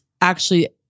actually-